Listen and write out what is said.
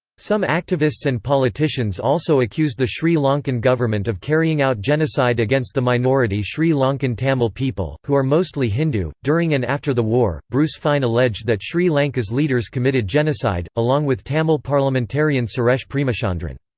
some activists and politicians also accused the sri lankan government of carrying out genocide against the minority sri lankan tamil people, who are mostly hindu, during and after the war bruce fein alleged that sri lanka's leaders committed genocide, along with tamil parliamentarian suresh premachandran.